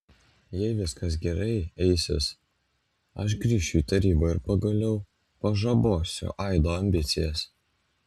jei viskas gerai eisis aš grįšiu į tarybą ir pagaliau pažabosiu aido ambicijas